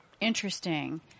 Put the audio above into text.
interesting